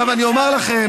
עכשיו אני אומר לכם,